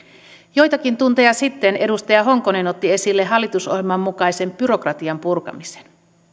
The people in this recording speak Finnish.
joitakin tunteja sitten edustaja honkonen otti esille hallitusohjelman mukaisen byrokratian purkamisen